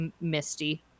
misty